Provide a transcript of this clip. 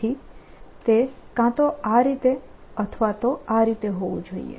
તેથી તે કાં તો આ રીતે અથવા તો આ રીતે હોવું જોઈએ